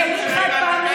את מי זה בכלל מעניין?